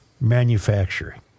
manufacturing